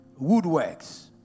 woodworks